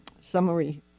summary